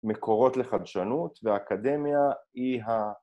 ‫מקורות לחדשנות, ‫והאקדמיה היא ה...